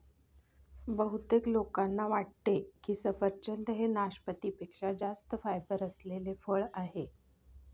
बहुतेक लोकांना वाटते की सफरचंद हे नाशपाती पेक्षा जास्त फायबर असलेले फळ आहे